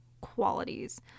qualities